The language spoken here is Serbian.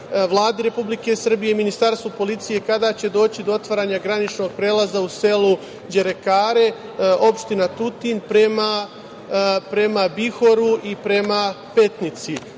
Vladi Republike Srbije i Ministarstvu policije - kada će doći do otvaranja graničnog prelaza u selu Đerekare, opština Tutin, prema Bihoru i prema Petnici. Znači,